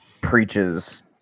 preaches